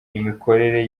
imikorere